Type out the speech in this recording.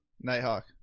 Nighthawk